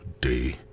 day